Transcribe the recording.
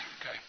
Okay